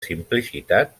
simplicitat